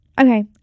okay